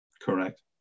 Correct